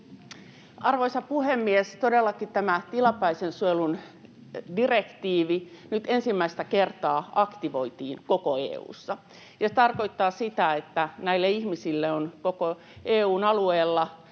Arvoisa puhemies! Todellakin tämä tilapäisen suojelun direktiivi nyt ensimmäistä kertaa aktivoitiin koko EU:ssa, ja se tarkoittaa sitä, että näille ihmisille on koko EU:n alueella